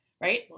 Right